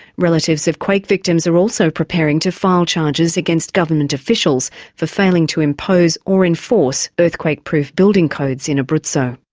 relatives of quake victims are also preparing to file charges against government officials for failing to impose or enforce earthquake-proof building codes in abruzzo.